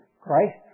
Christ